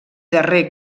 darrer